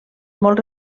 molt